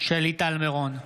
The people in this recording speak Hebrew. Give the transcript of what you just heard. בעד יונתן מישרקי,